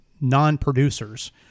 non-producers